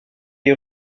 est